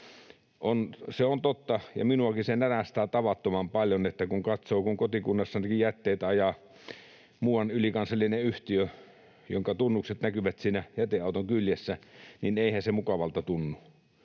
tekemään. Minuakin närästää tavattoman paljon, kun katsoo, miten kotikunnassanikin jätteitä ajaa muuan ylikansallinen yhtiö, jonka tunnukset näkyvät siinä jäteauton kyljessä. Eihän se mukavalta tunnu.